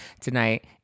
Tonight